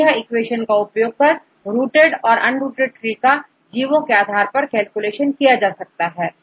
तो यह इक्वेशन का उपयोग कर रूटेड और अनरूटेड ट्री का जीवो के आधार पर कैलकुलेशन किया जा सकता है